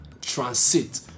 transit